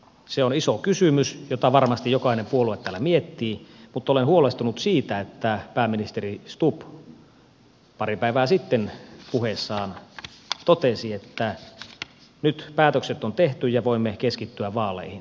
se on iso kysymys jota varmasti jokainen puolue täällä miettii mutta olen huolestunut siitä että pääministeri stubb pari päivää sitten puheessaan totesi että nyt päätökset on tehty ja voimme keskittyä vaaleihin